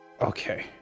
Okay